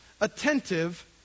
attentive